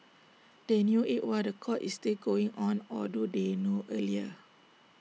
they knew IT while The Court is still going on or do they know earlier